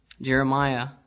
Jeremiah